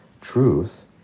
Truth